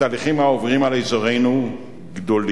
התהליכים העוברים על אזורנו גדולים.